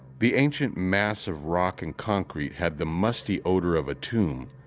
the ancient mass of rock and concrete had the musty odor of a tomb.